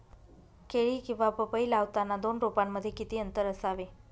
केळी किंवा पपई लावताना दोन रोपांमध्ये किती अंतर असावे?